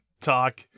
talk